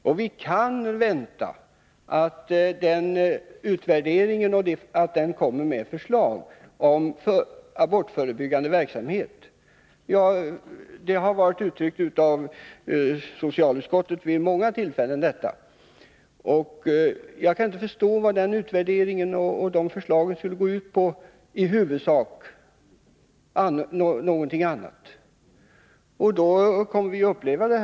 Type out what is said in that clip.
Och vi kan vänta att den utvärderingen leder fram till förslag om abortförebyggande verksamhet — jag kan inte förstå att det kan bli något annat resultat av den.